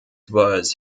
was